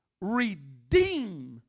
redeem